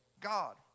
God